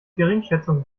geringschätzung